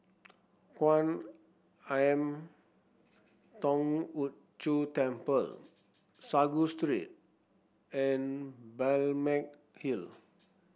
Kwan Im Thong Hood Cho Temple Sago Street and Balmeg Hill